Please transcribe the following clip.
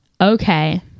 okay